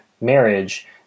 marriage